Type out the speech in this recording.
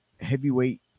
heavyweight